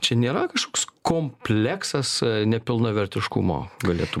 čia nėra kažkoks kompleksas nepilnavertiškumo galėtų